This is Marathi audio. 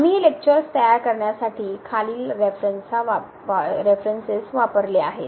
आम्ही हे लेक्चर्स तयार करण्यासाठी खालील रेफरनसेस वापरले आहेत